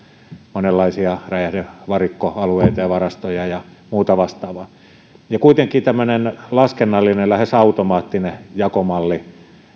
monenlaisia räjähde varikkoalueita ja varastoja ja muuta vastaavaa kuitenkin tämmöinen laskennallinen lähes automaattinen jakomalli